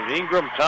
Ingram